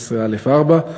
(16)(א)(4),